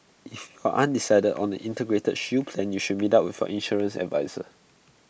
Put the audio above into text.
if are undecided on an integrated shield plan then you should meet up with your insurance adviser